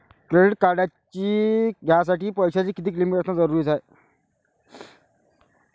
Credit card घ्यासाठी पैशाची कितीक लिमिट असनं जरुरीच हाय?